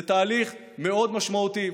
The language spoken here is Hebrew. זה תהליך מאוד משמעותי.